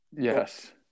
Yes